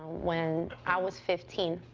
when i was fifteen,